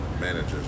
managers